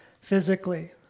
physically